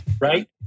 Right